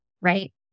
right